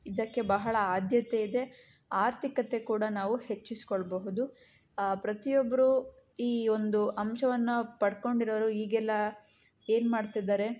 ಇದಕ್ಕೆ ಬಹಳ ಆದ್ಯತೆ ಇದೆ ಆರ್ಥಿಕತೆ ಕೂಡ ನಾವು ಹೆಚ್ಚಿಸ್ಕೊಳ್ಳಬಹುದು ಪ್ರತಿಯೊಬ್ಬರು ಈ ಒಂದು ಅಂಶವನ್ನು ಪಡಕೊಂಡಿರೋರು ಈಗೆಲ್ಲ ಏನು ಮಾಡ್ತಿದ್ದಾರೆ